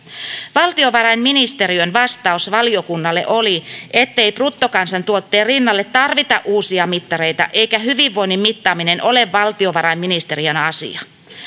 valtiovarainministeriön vastaus valiokunnalle oli ettei bruttokansantuotteen rinnalle tarvita uusia mittareita eikä hyvinvoinnin mittaaminen ole valtiovarainministeriön asia